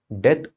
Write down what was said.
death